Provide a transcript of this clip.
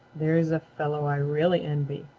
there's a fellow i really envy,